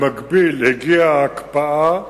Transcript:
במקביל הגיעה ההקפאה.